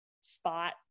spot